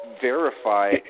verify